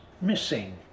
missing